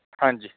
ਹਾਂਜੀ